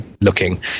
looking